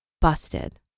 busted